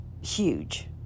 huge